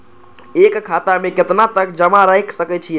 एक खाता में केतना तक जमा राईख सके छिए?